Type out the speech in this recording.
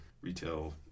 retail